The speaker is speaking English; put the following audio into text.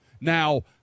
now